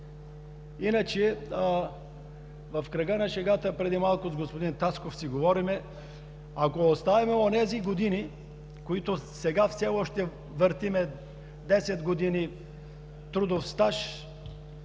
Иначе – в кръга на шегата, преди малко с господин Тасков си говорим, ако оставим онези години, в които сега все още въртим 10 години трудов стаж,